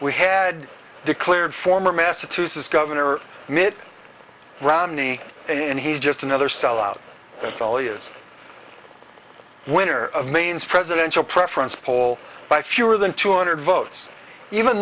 we had declared former massachusetts governor mitt romney and he's just another sellout it's all yours winner of maine's presidential preference poll by fewer than two hundred votes even